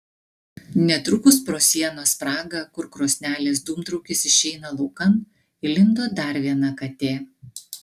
netrukus pro sienos spragą kur krosnelės dūmtraukis išeina laukan įlindo dar viena katė